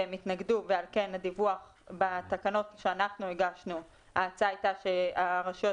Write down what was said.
ולכן הדיווח בתקנות שאנחנו הגשנו ההצעה הייתה שהרשויות